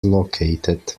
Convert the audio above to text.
located